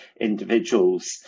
individuals